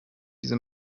diese